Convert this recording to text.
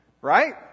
Right